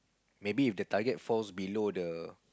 maybe if the target falls below the